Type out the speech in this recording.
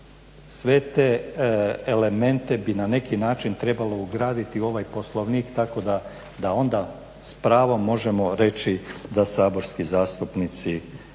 sve elemente bi na neki način trebalo ugraditi u ovaj Poslovnik tako da onda s pravom možemo reći da saborski zastupnici nisu